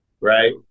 Right